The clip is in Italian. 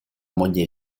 moglie